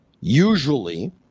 Usually